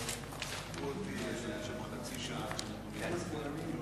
1. כתוצאה ממשבר פוליטי מתמשך,